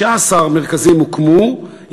16 מרכזים הוקמו,